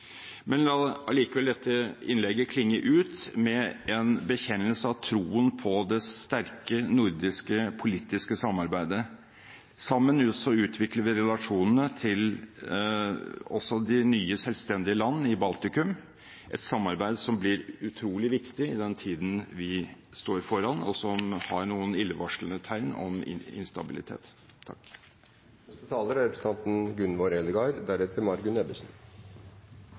La likevel dette innlegget klinge ut med en bekjennelse av troen på det sterke nordiske politiske samarbeidet. Sammen utvikler vi relasjonene også til de nye selvstendige land i Baltikum, et samarbeid som blir utrolig viktig i den tiden vi står foran, og som har noen illevarslende tegn om instabilitet. Føresetnaden for det nordiske samarbeidet meiner eg er